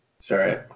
Sorry